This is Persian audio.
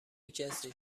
کسی